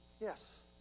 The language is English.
Yes